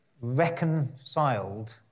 reconciled